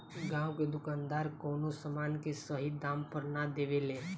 गांव के दुकानदार कवनो समान के सही दाम पर ना देवे ले